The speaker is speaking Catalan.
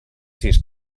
sis